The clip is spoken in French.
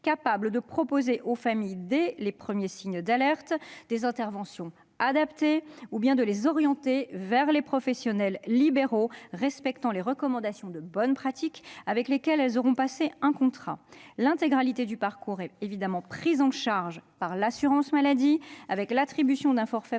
capables de proposer aux familles, dès les premiers signes d'alerte, des interventions adaptées ou bien de les orienter vers les professionnels libéraux respectant les recommandations de bonnes pratiques, avec lesquels elles auront passé un contrat. L'intégralité du parcours est évidemment pris en charge par l'assurance maladie. Un forfait